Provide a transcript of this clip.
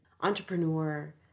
entrepreneur